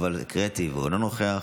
אינו נוכח,